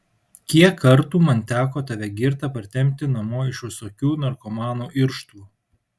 kiek kartų man teko tave girtą partempti namo iš visokių narkomanų irštvų